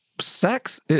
sex